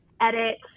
edit